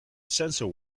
sensor